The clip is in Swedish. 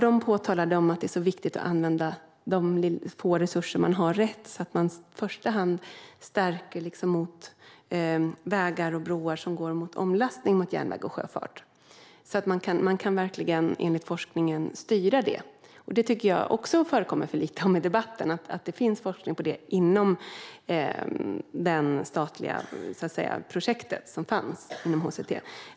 De påpekade att det är viktigt att använda de få resurser man har rätt, så att man i första hand stärker vägar och broar som går mot omlastning mot järnväg och sjöfart. Enligt forskningen kan man alltså verkligen styra detta, och det tycker jag också att det förekommer för lite om i debatten - att det finns forskning på detta inom det statliga projekt som fanns inom HCT.